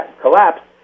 collapsed